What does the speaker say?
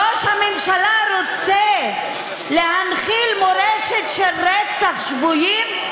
ראש הממשלה רוצה להנחיל מורשת של רצח שבויים,